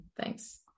Thanks